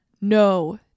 No